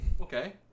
Okay